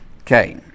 Okay